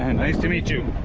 and nice to meet you